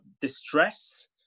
distress